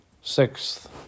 sixth